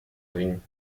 ring